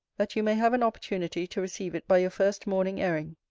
that you may have an opportunity to receive it by your first morning airing.